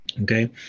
Okay